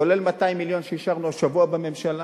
כולל 200 מיליון שאישרנו השבוע בממשלה